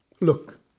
Look